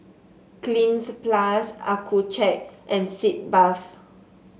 Cleanz Plus Accucheck and Sitz Bath